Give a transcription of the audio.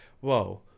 whoa